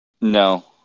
No